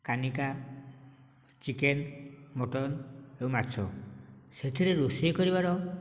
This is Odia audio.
କାନିକା ଚିକେନ ମଟନ ଏବଂ ମାଛ ସେଥିରେ ରୋଷେଇ କରିବାର